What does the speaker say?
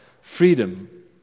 freedom